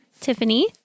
Tiffany